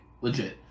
legit